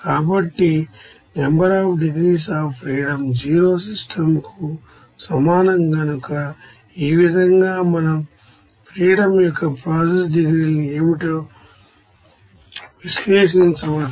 కాబట్టి NDF 0 system కు సమానం కనుక ఈ విధంగా మనం ఫ్రీడమ్ యొక్క ప్రాసెస్ డిగ్రీలు ఏమిటో విశ్లేషించవచ్చు